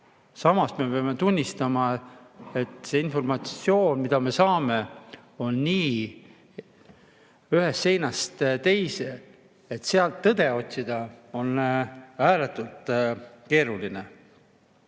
Samas peame tunnistama, et see informatsioon, mida me saame, on nii ühest seinast teise, et sellest tõde otsida on ääretult keeruline.